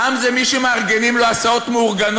העם זה מי שמארגנים לו הסעות מהישיבות?